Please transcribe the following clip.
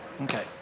Okay